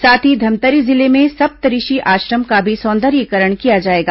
साथ ही धमतरी जिले में सप्तऋषि आश्रम का भी सौंदर्यीकरण किया जाएगा